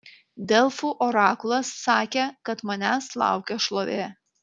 delfų orakulas sakė kad manęs laukia šlovė